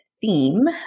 theme